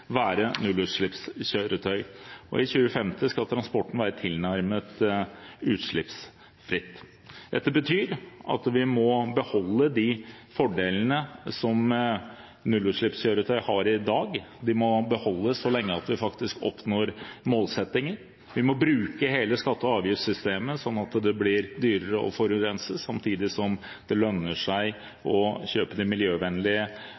være nullutslippskjøretøy. I 2050 skal transporten være tilnærmet utslippsfri. Dette betyr at vi må beholde de fordelene som nullutslippskjøretøy har i dag. Vi må beholde dem så lenge at vi faktisk oppnår målsettingen. Vi må bruke hele skatte- og avgiftssystemet slik at det blir dyrere å forurense, samtidig som det lønner seg å kjøpe de miljøvennlige